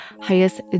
highest